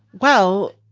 well,